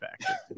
back